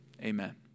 amen